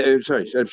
Sorry